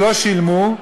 שלא שילמו,